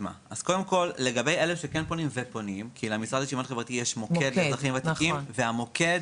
לגבי אלה שפונים ופונים, כי למשרד